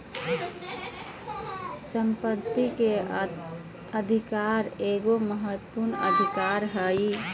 संपत्ति के अधिकार एगो महत्वपूर्ण अधिकार हइ